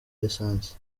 lisansi